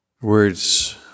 Words